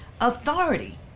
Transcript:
authority